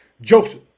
Joseph